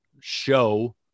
show